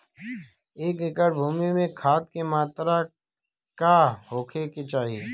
एक एकड़ भूमि में खाद के का मात्रा का होखे के चाही?